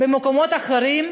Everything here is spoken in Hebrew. ובמקומות אחרים,